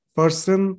person